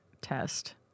test